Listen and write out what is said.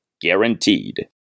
guaranteed